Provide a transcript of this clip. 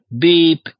beep